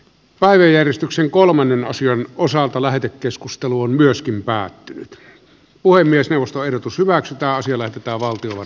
päiväjärjestyksen kolmannen sijan osalta lähetekeskustelu on myöskin päättynyt puhemiesneuvosto ehdotus hyväksytään sille pitää valtion